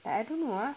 I don't know ah